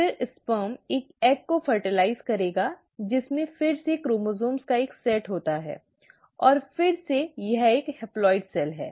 फिर शुक्राणु एक अंडे को निषेचित करेगा जिसमें फिर से क्रोमोसोम्स का एक सेट होता है और फिर से यह एक हेप्लॉइड सेल है